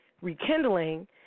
rekindling